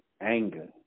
anger